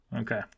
Okay